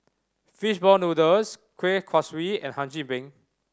fishball noodles Kuih Kaswi and Hum Chim Peng